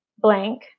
blank